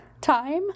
time